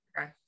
okay